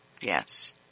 Yes